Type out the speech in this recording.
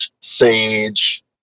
Sage